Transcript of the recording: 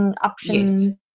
options